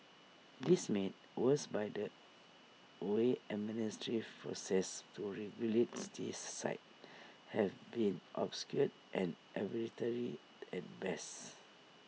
this made worse by the way administrative processes to regulates these sites have been obscure and arbitrary at best